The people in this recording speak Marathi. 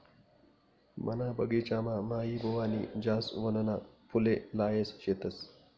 मना बगिचामा माईबुवानी जासवनना फुले लायेल शेतस